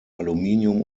aluminium